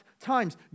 times